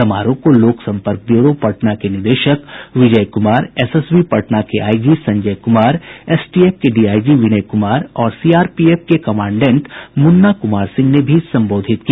समारोह को लोक संपर्क ब्यूरो पटना के निदेशक विजय कुमार एसएसबी पटना के आईजी संजय कुमार एसटीएफ के डीआईजी विनय कुमार और सीआरपीएफ के कमांडेंट मुन्ना कुमार सिंह ने भी संबोधित किया